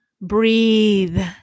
Breathe